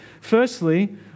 Firstly